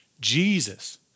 Jesus